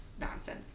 nonsense